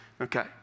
Okay